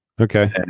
Okay